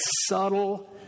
subtle